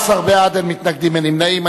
18 בעד, אין מתנגדים, אין נמנעים.